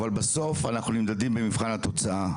אבל בסוף אנחנו נמדדים במבחן התוצאה,